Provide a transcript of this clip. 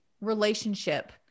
relationship